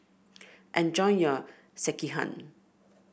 enjoy your Sekihan